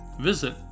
Visit